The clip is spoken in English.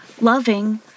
loving